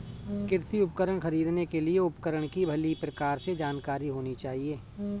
कृषि उपकरण खरीदने के लिए उपकरण की भली प्रकार से जानकारी होनी चाहिए